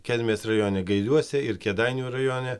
kelmės rajone gailiuose ir kėdainių rajone